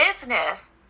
business